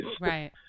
Right